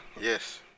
yes